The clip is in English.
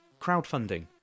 crowdfunding